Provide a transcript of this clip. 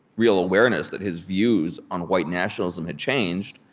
real awareness that his views on white nationalism had changed,